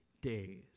days